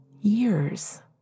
years